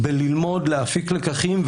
ללמוד ולהפיק לקחים,